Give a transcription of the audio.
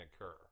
occur